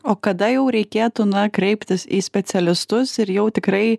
o kada jau reikėtų kreiptis į specialistus ir jau tikrai